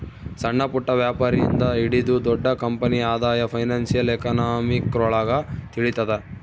ಸಣ್ಣಪುಟ್ಟ ವ್ಯಾಪಾರಿ ಇಂದ ಹಿಡಿದು ದೊಡ್ಡ ಕಂಪನಿ ಆದಾಯ ಫೈನಾನ್ಶಿಯಲ್ ಎಕನಾಮಿಕ್ರೊಳಗ ತಿಳಿತದ